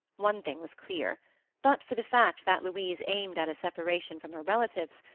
one thing was clear but for the fact that louise aimed at a separation from her relatives,